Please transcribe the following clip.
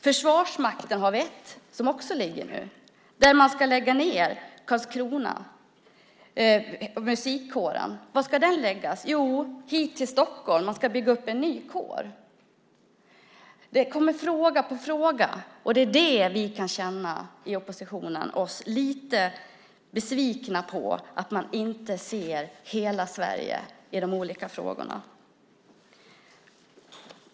Försvarsmakten ska lägga ned musikkåren i Karlskrona. Var ska den läggas? Jo, här i Stockholm. Man ska bygga upp en ny kår. Det kommer fråga efter fråga. Vi i oppositionen kan känna oss lite besvikna på att man inte ser hela Sverige i de olika frågorna.